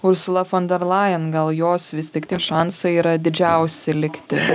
ursula fonderlajon gal jos vis tik tie šansai yra didžiausi likti